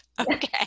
okay